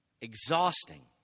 exhausting